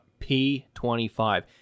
P25